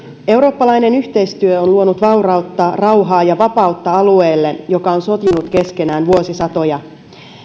eurooppalainen yhteistyö on luonut vaurautta rauhaa ja vapautta alueelle joka on sotinut keskenään vuosisatoja